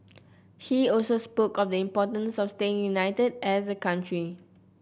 he also spoke of the importance of staying united as a country